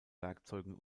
werkzeugen